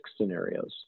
scenarios